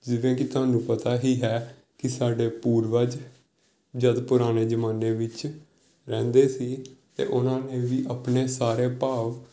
ਜਿਵੇਂ ਕਿ ਤੁਹਾਨੂੰ ਪਤਾ ਹੀ ਹੈ ਕਿ ਸਾਡੇ ਪੂਰਵਜ ਜਦੋਂ ਪੁਰਾਣੇ ਜਮਾਨੇ ਵਿੱਚ ਰਹਿੰਦੇ ਸੀ ਤਾਂ ਉਹਨਾਂ ਨੇ ਵੀ ਆਪਣੇ ਸਾਰੇ ਭਾਵ